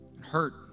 hurt